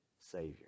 Savior